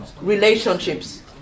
relationships